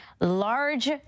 large